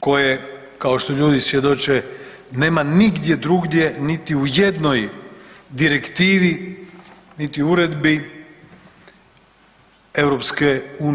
koje, kao što ljudi svjedoče, nema nigdje drugdje, niti u jednoj direktivi niti uredbi EU.